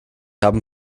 haben